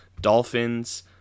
Dolphins